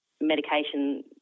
medication